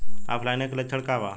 ऑफलाइनके लक्षण क वा?